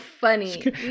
Funny